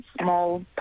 small